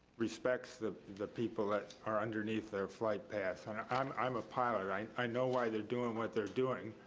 respects the the people that are underneath their flight path, and i'm i'm a pilot. i know why they're doing what they're doing,